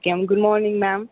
okay ma'am good morning ma'am